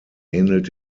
ähnelt